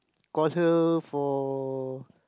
call her for